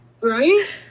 right